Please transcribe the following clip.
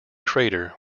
crater